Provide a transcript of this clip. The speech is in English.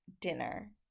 dinner